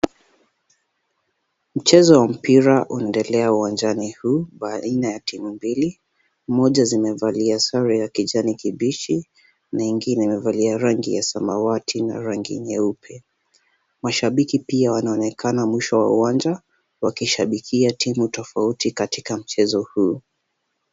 Mchezo wa mpira unaendelea uwanjani huu baina ya timu mbili. Moja zimevalia sare za kijani kibichi na ingine imevalia rangi ya samawati na rangi nyeupe. Mashabiki pia wanaonekana mwisho wa uwanja, wakishabikia timu tofauti katika mchezo huu.